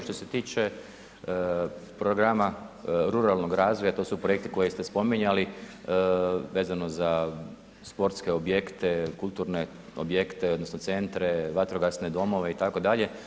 Što se tiče programa ruralnog razvoja, to su projekti koje ste spominjali vezano za sportske objekte, kulturne objekte odnosno centre, vatrogasne domove itd.